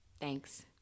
Thanks